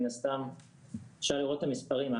מן הסתם אפשר לראות את המספרים,